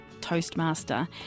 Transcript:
toastmaster